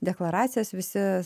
deklaracijas visi